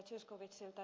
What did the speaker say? zyskowiczilta